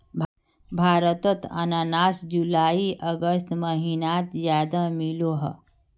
भारतोत अनानास जुलाई अगस्त महिनात ज्यादा मिलोह